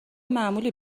معمولی